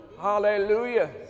Hallelujah